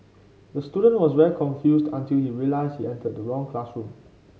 the student was very confused until he realised he entered the wrong classroom